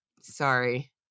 Sorry